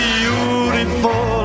beautiful